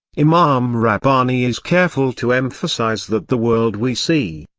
imam rabbani is careful to emphasize that the world we see,